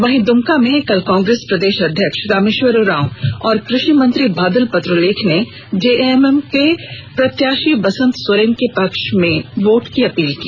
वहीं दुमका में कल कांग्रेस प्रदेश अध्यक्ष रामेश्वर उरांव और कृषि मंत्री बादल पत्रलेख ने जेएमएम के प्रत्याशी बसंत सोरेन के पक्ष में वोट की अपील की